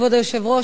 כבוד היושב-ראש,